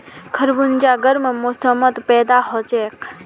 खरबूजा गर्म मौसमत पैदा हछेक